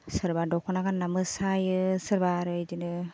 सोरबा दख'ना गान्ना मोसायो सोरबा आरो बिदिनो